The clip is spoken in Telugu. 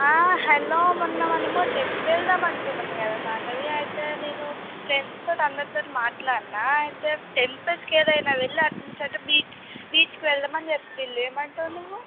హలో మొన్న మనము ట్రిప్పుకు వెళ్దాం అనుకున్నాము కదా మాధవి అయితే నేను ఫ్రెండ్స్ తోటి అందరితో మాట్లాడాను అయితే టెంపుల్స్కి ఏదైనా వెళ్ళి అటు నుంచి ఆటే బీచ్ బీచ్కి వెళ్దామని చెప్పింది ఏమంటావు నువ్వు